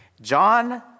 John